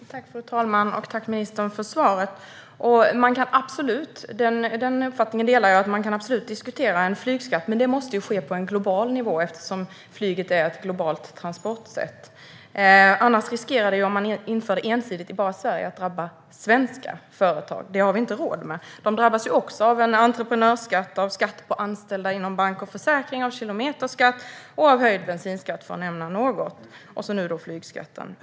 Fru talman! Tack, ministern, för svaret! Jag delar absolut uppfattningen att man kan diskutera en flygskatt, men det måste ske på global nivå eftersom flyget är ett globalt transportsätt. Om man inför det enbart i Sverige riskerar det att ensidigt drabba svenska företag. Det har vi inte råd med. De drabbas ju också av en entreprenörskatt, av skatter på anställda inom bank och försäkringar, av kilometerskatt och av höjd bensinskatt, för att nämna några. Nu kommer flygskatten.